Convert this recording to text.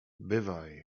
bywaj